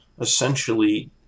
essentially